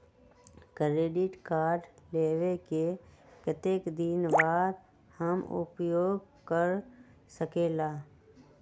Credit card लेबे के कतेक दिन बाद हम उपयोग कर सकेला?